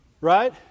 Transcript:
Right